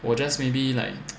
我 just maybe like